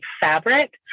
fabric